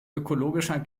ökologischer